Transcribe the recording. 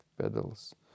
pedals